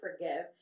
forgive